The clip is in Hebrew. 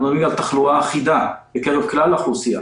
מדברים על תחלואה אחידה בקרב כלל האוכלוסייה,